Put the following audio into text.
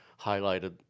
highlighted